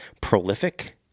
prolific